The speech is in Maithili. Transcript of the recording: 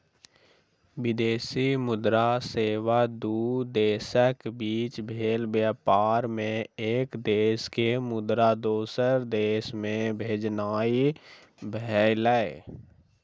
विदेशी मुद्रा सेवा दू देशक बीच भेल व्यापार मे एक देश के मुद्रा दोसर देश मे भेजनाइ भेलै